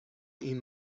این